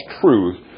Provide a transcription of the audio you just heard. truth